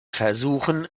versuchen